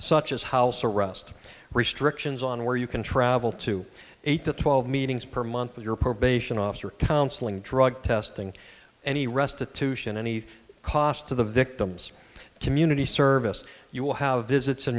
such as house arrest restrictions on where you can travel to eight to twelve meetings per month with your probation officer counseling drug testing any restitution any cost to the victim's community service you will have visits in